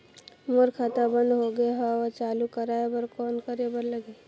मोर खाता बंद हो गे हवय चालू कराय बर कौन करे बर लगही?